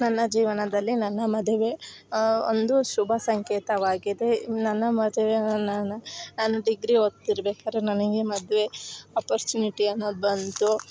ನನ್ನ ಜೀವನದಲ್ಲಿ ನನ್ನ ಮದುವೆ ಒಂದು ಶುಭ ಸಂಕೇತವಾಗಿದೆ ನನ್ನ ಮದುವೆಯು ನಾನು ನಾನು ಡಿಗ್ರಿ ಓದ್ತಿರ್ಬೇಕಾರೆ ನನಗೆ ಮದುವೆ ಆಪೊರ್ಚುನಿಟಿ ಅನ್ನೋದು ಬಂತು